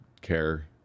care